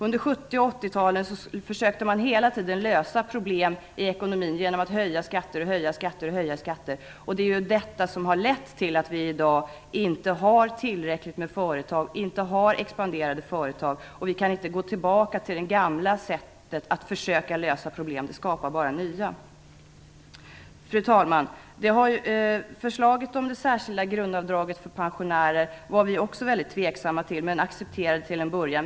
Under 70 och 80-talen försökte man hela tiden lösa problem i ekonomin genom att höja skatter, och det är det som har lett till att vi i dag inte har tillräckligt med expanderande företag. Vi kan inte gå tillbaka till det gamla sättet att försöka lösa problem. Det skapar bara nya problem. Fru talman! Vi var mycket tveksamma till förslaget om det särskilda grundavdraget för pensionärer men accepterade det till en början.